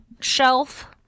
shelf